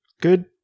good